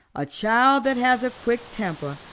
a child that has a quick temper,